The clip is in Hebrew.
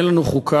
אין לנו חוקה,